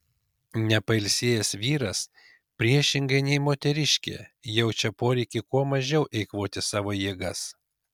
nepailsėjęs vyras priešingai nei moteriškė jaučia poreikį kuo mažiau eikvoti savo jėgas